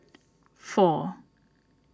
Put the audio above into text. four